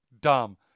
dumb